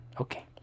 Okay